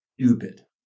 Stupid